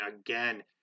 again